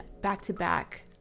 back-to-back